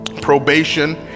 probation